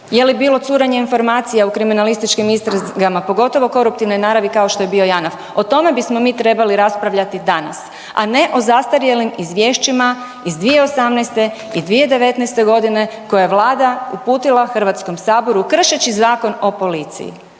je li bilo curenja informacija u kriminalističkim istragama, pogotovo koruptivne naravi kao što je bio Janaf. O tome bismo mi trebali raspravljati danas, a ne o zastarjelim izvješćima iz 2018. i 2019.g. koje je vlada uputila HS kršeći Zakon o policiji.